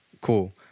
Cool